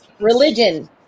religion